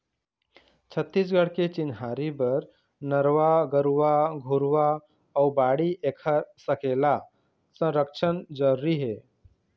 छत्तीसगढ़ के चिन्हारी बर नरूवा, गरूवा, घुरूवा अउ बाड़ी ऐखर सकेला, संरक्छन जरुरी हे